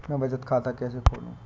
मैं बचत खाता कैसे खोलूँ?